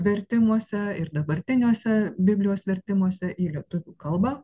vertimuose ir dabartiniuose biblijos vertimuose į lietuvių kalbą